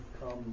come